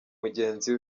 mugenzi